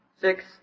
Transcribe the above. six